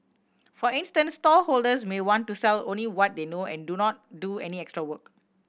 for instance stallholders may want to sell only what they know and do not do any extra work